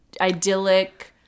idyllic